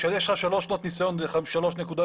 כשיש לך שלוש שנות ניסיון זה שלוש נקודות,